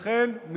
לכן,